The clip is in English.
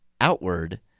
Outward